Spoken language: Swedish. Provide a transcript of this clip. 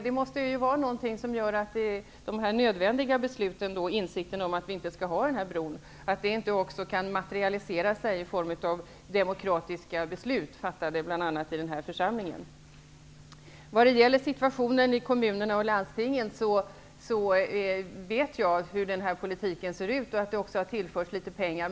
Det måste vara något som gör att insikten om att vi inte skall ha den här bron inte kan materialisera sig i form av demokratiska beslut, fattade av bl.a. den här församlingen. När det gäller situationen i kommuner och landsting vet jag hur denna politik ser ut och att man har tillfört dem litet pengar.